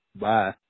Bye